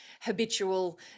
habitual